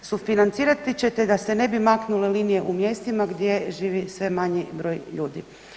Sufinancirati ćete da se ne bi maknule linije u mjestima gdje živi sve manji broj ljudi.